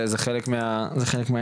זה חלק מהעניין.